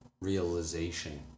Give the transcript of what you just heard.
Realization